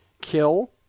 Kill